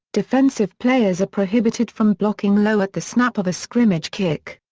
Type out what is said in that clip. defensive players are prohibited from blocking low at the snap of a scrimmage kick.